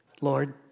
Lord